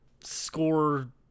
score